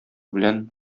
белән